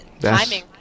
timing